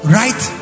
right